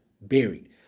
buried